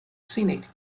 scenic